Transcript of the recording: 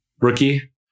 rookie